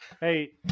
Hey